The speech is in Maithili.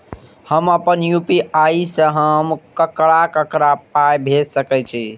हम आपन यू.पी.आई से हम ककरा ककरा पाय भेज सकै छीयै?